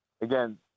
Again